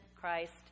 Christ